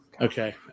Okay